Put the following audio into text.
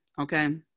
okay